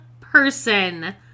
person